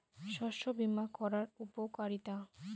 শস্য বিমা করার উপকারীতা?